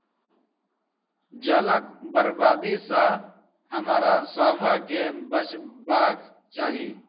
जलक बर्बादी सॅ हमरासभ के बचबाक चाही